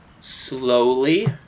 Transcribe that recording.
slowly